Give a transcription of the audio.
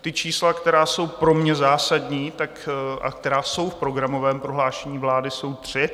Ta čísla, která jsou pro mě zásadní a která jsou v programovém prohlášení vlády, jsou tři.